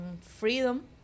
freedom